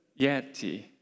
Yeti